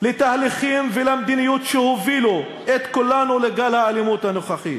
לתהליכים ולמדיניות שהובילו את כולנו לגל האלימות הנוכחי,